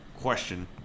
question